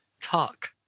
Talk